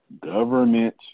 government